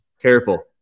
Careful